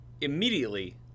immediately